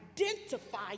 identify